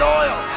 oil